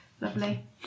Lovely